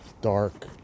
dark